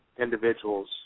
individuals